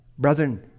Brethren